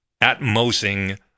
atmosing